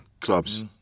clubs